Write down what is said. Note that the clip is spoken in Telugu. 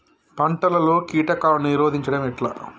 పంటలలో కీటకాలను నిరోధించడం ఎట్లా?